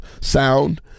sound